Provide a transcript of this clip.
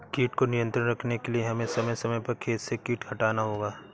कीट को नियंत्रण रखने के लिए हमें समय समय पर खेत से कीट हटाना होगा